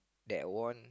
that won